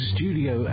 Studio